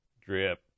drip